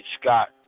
Scott